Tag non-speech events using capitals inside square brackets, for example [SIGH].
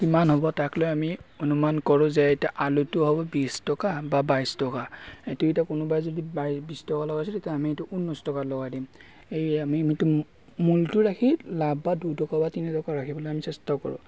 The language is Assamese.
কিমান হ'ব তাক লৈ আমি অনুমান কৰোঁ যে এতিয়া আলুটো হ'ব বিশ টকা বা বাইছ টকা সেইটো এতিয়া কোনোবাই যদি [UNINTELLIGIBLE] বিশ টকা লগাইছে তেতিয়া আমি সেইটো ঊনৈছ টকাত লগাই দিম এই আমি মূলটো ৰাখি লাভ বা দুই টকা তিনি টকা ৰাখিবলৈ আমি চেষ্টা কৰোঁ